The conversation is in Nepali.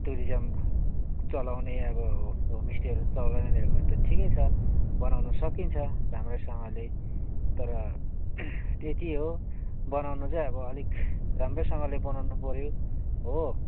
टुरिजम चलाउने अब होमस्टेहरू चलाउने हो भने त ठिकै छ बनाउनु सकिन्छ राम्रोसँगले तर त्यति हो बनाउनु चाहिँ अब अलिक राम्रैसँगले बनाउनु पऱ्यो हो